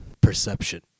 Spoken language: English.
perception